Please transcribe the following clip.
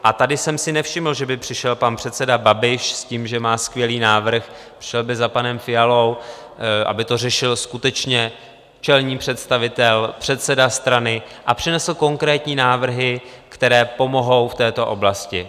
A tady jsem si nevšiml, že by přišel pan předseda Babiš s tím, že má skvělý návrh, přišel by za panem Fialou, aby to řešil skutečně čelný představitel, předseda strany, a přinesl konkrétní návrhy, které pomohou v této oblasti.